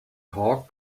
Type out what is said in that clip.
hog